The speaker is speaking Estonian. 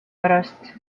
pärast